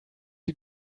you